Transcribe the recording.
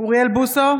אוריאל בוסו,